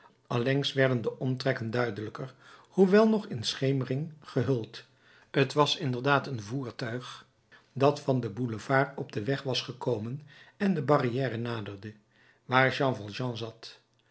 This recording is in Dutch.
allengs werden de omtrekken duidelijker hoewel nog in schemering gehuld t was inderdaad een voertuig dat van den boulevard op den weg was gekomen en de barrière naderde waar jean valjean zat